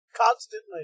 Constantly